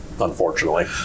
unfortunately